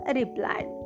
replied